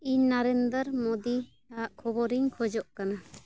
ᱤᱧ ᱱᱚᱨᱮᱱᱫᱨᱚ ᱢᱳᱫᱤᱭᱟᱜ ᱠᱷᱚᱵᱚᱨ ᱤᱧ ᱠᱷᱚᱡᱚᱜ ᱠᱟᱱᱟ